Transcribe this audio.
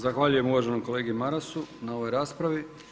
Zahvaljujem uvaženom kolegi Marasu na ovoj raspravi.